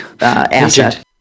asset